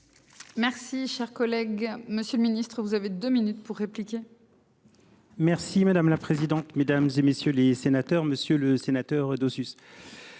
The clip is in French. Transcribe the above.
Merci, cher collègue, Monsieur le Ministre, vous avez 2 minutes pour répliquer. Merci madame la présidente, mesdames et messieurs les sénateurs, Monsieur le Sénateur de